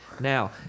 Now